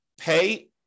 pay